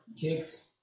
kicks